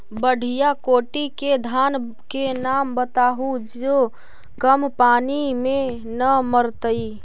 बढ़िया कोटि के धान के नाम बताहु जो कम पानी में न मरतइ?